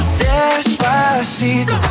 despacito